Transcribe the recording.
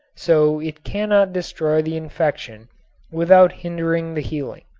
so it cannot destroy the infection without hindering the healing.